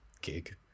Gig